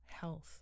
health